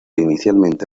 inicialmente